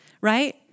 right